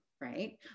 right